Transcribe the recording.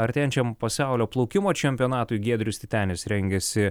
artėjančiam pasaulio plaukimo čempionatui giedrius titenis rengiasi